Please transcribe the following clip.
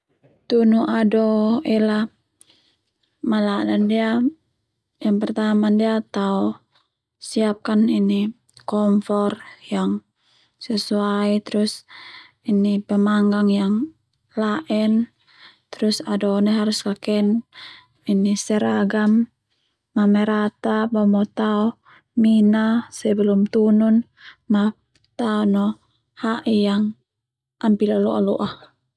Tunu ado ela malada ndia yang pertama ndia tao siapakan ini kompor yang sesuai terus pemanggang yang lae'n terus ado ndia harus kaken seragam ma merata bomo tao Mina sebelum tunun ma Tao no ha'i yang pila lo'a-lo'a.